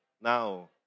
now